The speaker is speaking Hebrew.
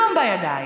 כלום בידיים,